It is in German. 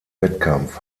wettkampf